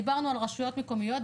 דיברנו על רשויות מקומיות,